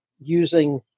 using